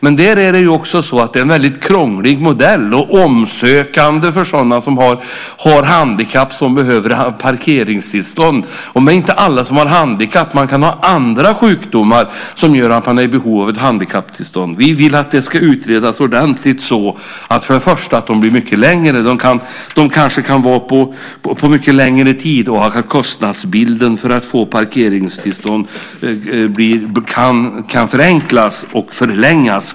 Det är en krånglig modell att söka parkeringstillstånd för dem som har handikapp. Det är inte alla som är handikappade. De kan ha andra sjukdomar som gör att de är i behov av ett handikapptillstånd. Vi vill att frågan ska utredas ordentligt så att först och främst parkeringstillstånden kan utfärdas för en längre tid och så att kostnadsbilden för att få parkeringstillstånd kan förenklas och förlängas.